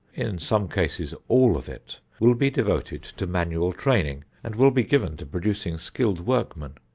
in some cases all of it, will be devoted to manual training and will be given to producing skilled workmen.